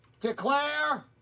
DECLARE